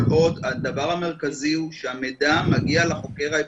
כל עוד הדבר המרכזי הוא שהמידע מגיע לחוקר האפידמיולוגי.